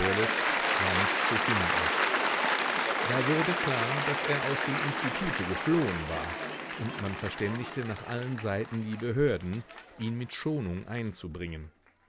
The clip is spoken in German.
war nicht zu finden da wurde klar daß er aus dem institute geflohen war und man verständigte nach allen seiten die behörden ihn mit schonung einzubringen